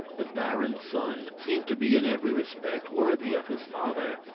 the baron's son seemed to be in every respect worthy of his father.